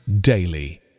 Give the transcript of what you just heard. daily